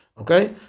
Okay